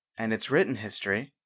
and its written history,